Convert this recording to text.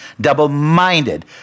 Double-minded